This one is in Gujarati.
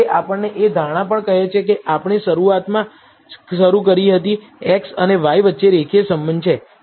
તે આપણને એ ધારણા પણ કહે છે કે આપણે શરૂઆતમાં જ શરૂ કરી હતી x અને y વચ્ચે રેખીય સંબંધ છે